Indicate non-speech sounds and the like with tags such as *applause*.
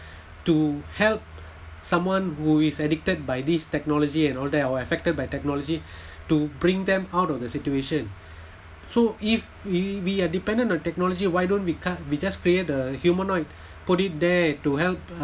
*breath* to help someone who is addicted by this technology and all that or affected by technology *breath* to bring them out of the situation *breath* so if we we are dependent on technology why don't we can't we just create a humanoid put it there to help uh